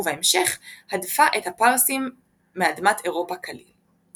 ובהמשך הדפה את הפרסים מאדמת אירופה כליל.